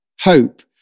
hope